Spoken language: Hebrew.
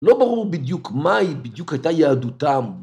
לא ברור בדיוק מהי בדיוק הייתה יהדותם.